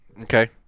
Okay